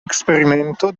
eksperimento